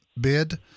bid